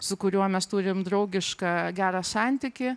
su kuriuo mes turim draugišką gerą santykį